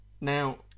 now